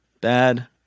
Bad